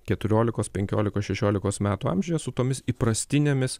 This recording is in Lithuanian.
keturiolikos penkiolikos šešiolikos metų amžiuje su tomis įprastinėmis